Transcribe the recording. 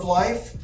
life